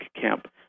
camp